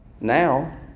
Now